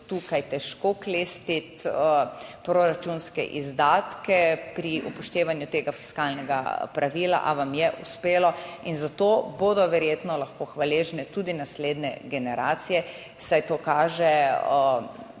tukaj težko klestiti proračunske izdatke pri upoštevanju tega fiskalnega pravila, a vam je uspelo. In za to bodo verjetno lahko hvaležne tudi naslednje generacije, saj to kaže